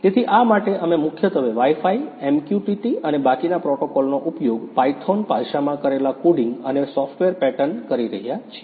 તેથી આ માટે અમે મુખ્યત્વે વાઇ ફાઇ MQTT અને બાકીના પ્રોટોકોલનો ઉપયોગ પાયથોન ભાષામાં કરેલા કોડિંગ અને સોફ્ટવેર પેટર્ન કરી રહ્યા છીએ